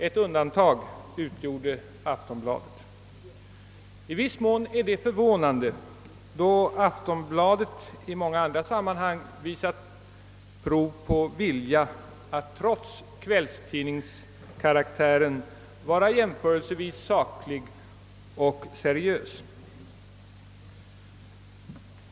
Ett undantag utgjorde Aftonbladet. I viss mån är det förvånande, då Aftonbladet i många andra sammanhang visat prov på vilja att trots kvällstidningskaraktären vara jämförelsevis saklig och seriös.